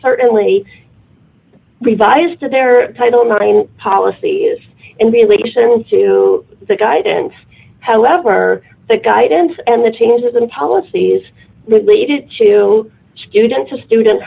certainly revised to their title nine policies in relation to the guidance however the guidance and the changes in policies related to student